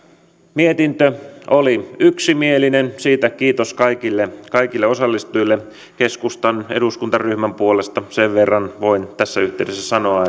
mietintö oli yksimielinen siitä kiitos kaikille kaikille osallistujille keskustan eduskuntaryhmän puolesta sen verran voin tässä yhteydessä sanoa